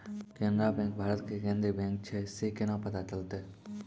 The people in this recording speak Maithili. केनरा बैंक भारत के केन्द्रीय बैंक छै से केना पता चलतै?